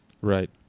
right